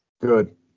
Good